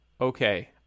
Okay